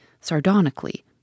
sardonically